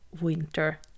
winter